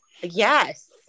Yes